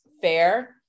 fair